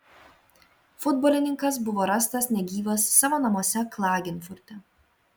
futbolininkas buvo rastas negyvas savo namuose klagenfurte